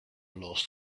lost